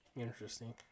Interesting